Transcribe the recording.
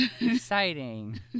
exciting